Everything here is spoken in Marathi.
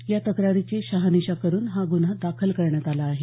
या तक्रारीची शहानिशा करून हा गुन्हा दाखल करण्यात आला आहे